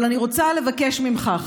אבל אני רוצה לבקש ממך,